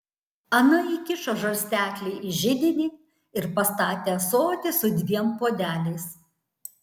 ana įkišo žarsteklį į židinį ir pastatė ąsotį su dviem puodeliais